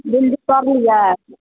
भिण्डी तोड़लियै